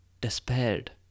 despaired